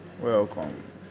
welcome